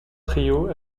trio